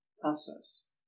process